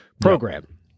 program